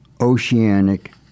oceanic